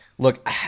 Look